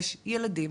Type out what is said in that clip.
יש ילדים